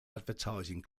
advertising